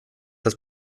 das